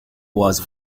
was